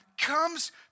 comes